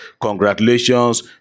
congratulations